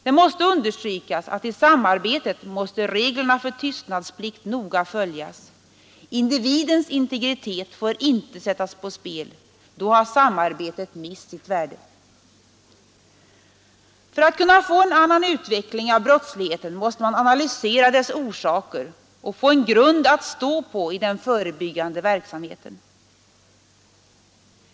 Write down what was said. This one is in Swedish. Det måste understrykas att i samarbetet måste reglerna för tystnadsplikt noga följas. Individens integritet får inte sättas på spel — då har samarbetet mist sitt värde. För att kunna få en annan utveckling av brottsligheten måste man analysera dess orsaker och få en grund att stå på i den förebyggande verksamheten.